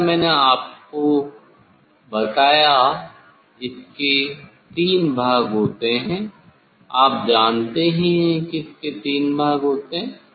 जैसा मैंने आपको बताया इसके तीन भाग होते हैं आप जानते हैं कि इसके तीन भाग होते हैं